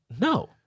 no